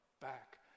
back